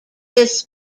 this